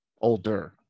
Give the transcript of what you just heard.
older